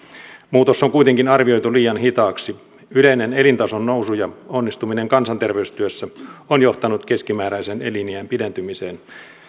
muutos on kuitenkin arvioitu liian hitaaksi yleinen elintason nousu ja onnistuminen kansanterveystyössä ovat johtaneet keskimääräisen eliniän pidentymiseen